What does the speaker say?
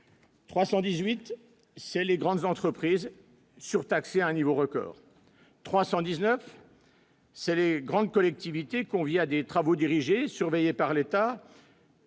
318 c'est les grandes entreprises surtaxées un niveau record, 319. C'est les grandes collectivités conviés à des travaux dirigés, surveillé par l'État.